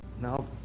Now